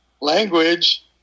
language